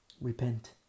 repent